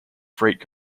freight